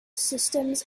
systems